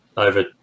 over